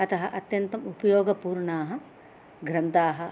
अतः अत्यन्तम् उपयोगपूर्णाः ग्रन्दाः